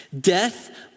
Death